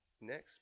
next